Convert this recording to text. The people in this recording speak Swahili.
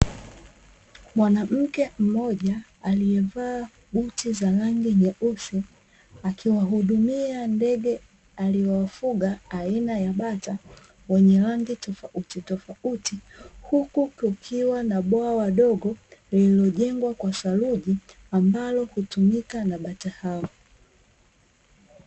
Mwanamke mmoja aliyevaa buti za rangi nyeusi, akiwahudumia ndege aliowafuga aina ya bata, wenye rangi tofautitofauti, huku kukiwa na bwawa dogo liliojengwa kwa saruji, ambalo hutumika na bata hao.